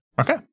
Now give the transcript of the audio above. Okay